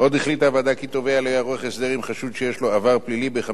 כי תובע לא יערוך הסדר עם חשוד שיש לו עבר פלילי בחמש השנים האחרונות.